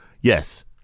Yes